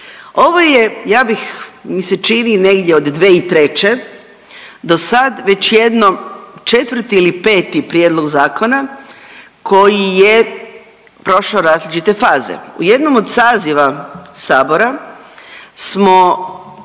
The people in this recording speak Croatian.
Ovo je ja bih, mi se čini negdje od 2003. do sad već jedno četvrti ili peti prijedlog zakona koji je prošao različite faze. U jednom od saziva Sabora smo